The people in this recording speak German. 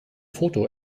foto